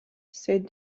said